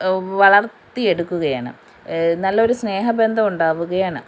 വളർത്തിയെടുക്കുകയാണ് നല്ലൊരു സ്നേഹബന്ധം ഉണ്ടാവുകയാണ്